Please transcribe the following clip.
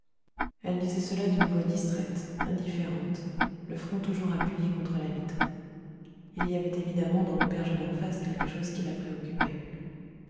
elle disait cela d'une voix distraite indifférente le front toujours appuyé contre la vitre il y avait évidemment dans l'auberge d'en face quelque chose qui la préoccupait